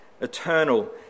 eternal